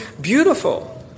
beautiful